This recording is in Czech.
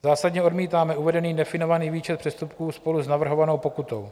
Zásadně odmítáme uvedený definovaný výčet přestupků spolu s navrhovanou pokutou.